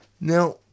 Now